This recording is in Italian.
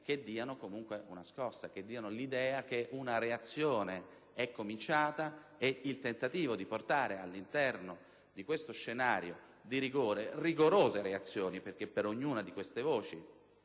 che diano comunque una scossa e trasmettano l'idea che una reazione è cominciata. Sarebbe possibile portare all'interno di questo scenario di rigore rigorose reazioni, perché per ognuna di queste voci